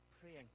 praying